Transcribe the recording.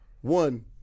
One